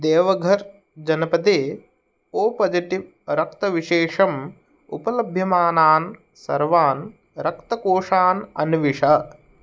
देवघर् जनपदे O positive रक्तविशेषम् उपलभ्यमानान् सर्वान् रक्तकोषान् अन्विष